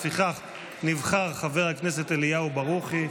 לפיכך נבחר חבר הכנסת אליהו ברוכי.